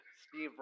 Steve